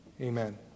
Amen